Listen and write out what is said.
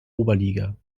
oberliga